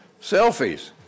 Selfies